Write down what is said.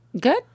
Good